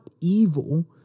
evil